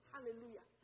Hallelujah